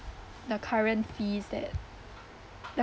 the current fees that the